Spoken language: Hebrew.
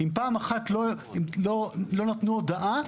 אם פעם אחת לא נתנו הודעה,